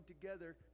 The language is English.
together